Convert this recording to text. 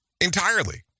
entirely